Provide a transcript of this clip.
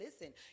listen